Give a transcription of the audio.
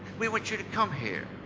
we want you to come here.